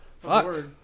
Fuck